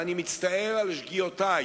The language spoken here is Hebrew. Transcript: ואני מצטער על שגיאותי,